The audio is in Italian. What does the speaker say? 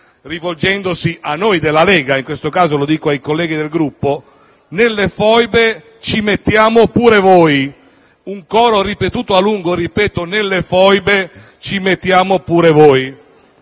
rivolgendosi a noi della Lega; in questo caso lo dico ai colleghi del Gruppo: «Nelle Foibe ci mettiamo pure voi». Lo ribadisco, un coro ripetuto a lungo: «nelle Foibe ci mettiamo pure voi».